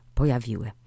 pojawiły